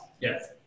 Yes